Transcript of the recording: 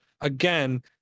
again